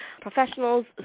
professionals